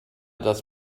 das